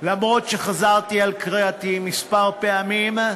אף שחזרתי על קריאתי כמה פעמים,